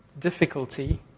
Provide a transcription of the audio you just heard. Difficulty